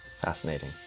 Fascinating